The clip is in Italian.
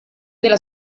della